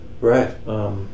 Right